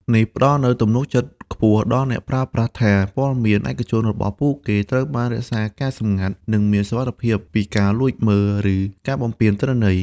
នេះផ្ដល់នូវទំនុកចិត្តខ្ពស់ដល់អ្នកប្រើប្រាស់ថាព័ត៌មានឯកជនរបស់ពួកគេត្រូវបានរក្សាការសម្ងាត់ និងមានសុវត្ថិភាពពីការលួចមើល ឬការបំពានទិន្នន័យ។